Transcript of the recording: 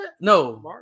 no